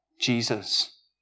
Jesus